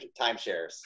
timeshares